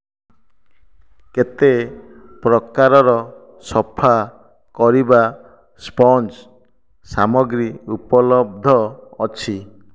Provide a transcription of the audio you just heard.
କେତେ ପ୍ରକାରର ସଫା କରିବା ସ୍ପଞ୍ଜ ସାମଗ୍ରୀ ଉପଲବ୍ଧ ଅଛି